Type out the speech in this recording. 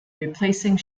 replacing